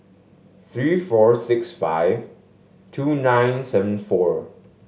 three four six five two nine seven four